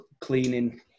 cleaning